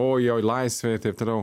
oi jau laisvė ir taip toliau